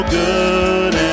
good